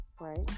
right